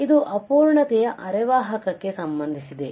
ಇದು ಅಪೂರ್ಣತೆಯ ಅರೆವಾಹಕಕ್ಕೆ ಸಂಬಂಧಿಸಿದೆ